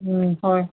হয়